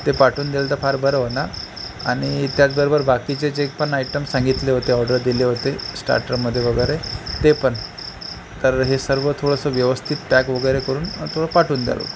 ते पाठवून द्याल तं फार बरं होणार आणि त्याचबरोबर बाकीचे जे पण आयटम सांगितले होते ऑर्डर दिले होते स्टार्टरमध्ये वगैरे ते पण तर हे सर्व थोडंसं व्यवस्थित पॅक वगैरे करून थोडं पाठवून द्याल